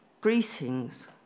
greetings